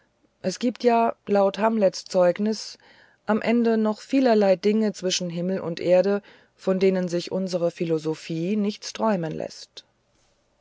es gibt ja laut hamlets zeugnis am ende noch vielerlei dinge zwischen erde und himmel von denen sich unsere philosophie nichts träumen läßt